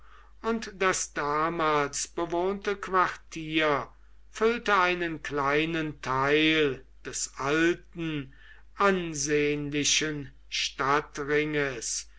und das damals bewohnte quartier füllte einen kleinen teil des alten ansehnlichen